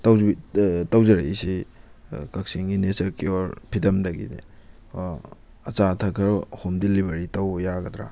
ꯇꯧꯖꯔꯛꯏꯁꯤ ꯀꯛꯆꯤꯡꯒꯤ ꯅꯦꯆꯔ ꯀꯤꯌꯣꯔ ꯐꯤꯗꯝꯗꯒꯤꯅꯦ ꯑ ꯑꯆꯥ ꯑꯊꯛ ꯈꯔ ꯍꯣꯝ ꯗꯤꯂꯤꯚꯔꯤ ꯇꯧꯕ ꯌꯥꯒꯗ꯭ꯔꯥ